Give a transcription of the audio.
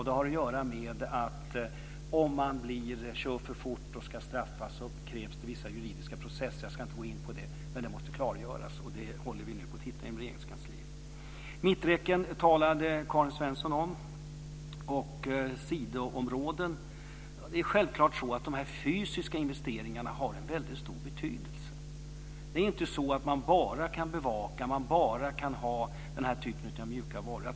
Det har att göra med att om man kör för fort och ska straffas så krävs det vissa juridiska processer. Jag ska inte gå in på det, men detta måste klargöras. Det håller vi nu på att titta på inom Regeringskansliet. Karin Svensson Smith talade om mitträcken och sidoområden. Självfallet har de fysiska investeringarna en stor betydelse. Det är inte så att man bara kan bevaka och bara ha de mjuka varorna.